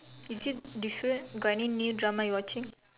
is it different got any new drama you're watching